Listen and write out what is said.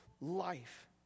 life